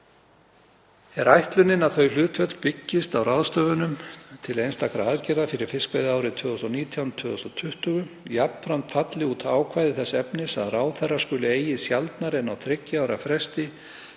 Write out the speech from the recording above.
Er ætlunin að þau hlutföll byggist á ráðstöfun til einstakra aðgerða fyrir fiskveiðiárið 2019/2020. Jafnframt falli út ákvæði þess efnis að ráðherra skuli eigi sjaldnar en á þriggja ára fresti